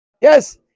Yes